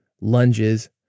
lunges